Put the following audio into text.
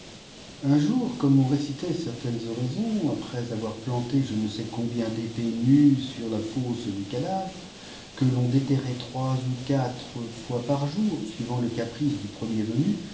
un jour comme on récitait certaines oraisons après avoir planté je ne sais combien d'épées nues sur la fosse du cadavre que l'on déterrait trois ou quatre fois par jour suivant le caprice du premier venu